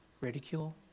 ridicule